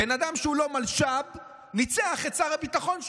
בן אדם שהוא לא מלש"ב ניצח את שר הביטחון שלנו,